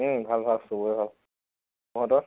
ভাল ভাল চবৰে ভাল তহঁতৰ